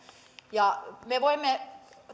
me voimme